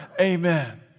Amen